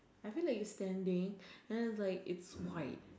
I feel like it's standing but then it's like it's white